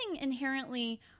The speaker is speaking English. inherently